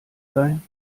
sein